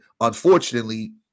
unfortunately